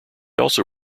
also